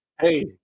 hey